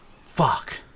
fuck